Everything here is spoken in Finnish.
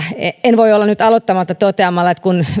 en voi olla nyt aloittamatta toteamalla kun